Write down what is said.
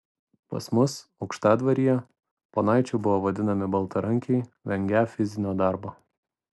pas mus aukštadvaryje ponaičiu buvo vadinami baltarankiai vengią fizinio darbo